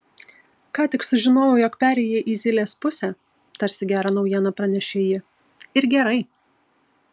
ką tik sužinojau jog perėjai į zylės pusę tarsi gerą naujieną pranešė ji ir gerai